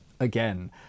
Again